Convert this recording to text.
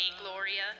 Gloria